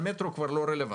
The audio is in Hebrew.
אבל מטרו כבר לא רלוונטי.